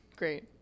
great